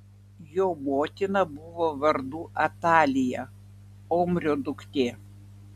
jo motina buvo vardu atalija omrio duktė